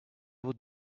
would